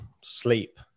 sleep